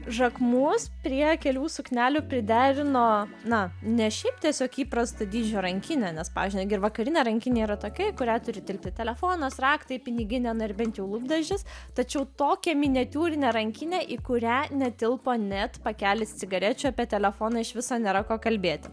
žakmus prie kelių suknelių priderino na ne šiaip tiesiog įprasto dydžio rankinę nes pavyzdžiui na gi ir vakarinė rankinė yra tokia į kurią turi tilpti telefonas raktai piniginė na ir bent jau lūpdažis tačiau tokia miniatiūrinė rankinė į kurią netilpo net pakelis cigarečių apie telefoną iš viso nėra ko kalbėti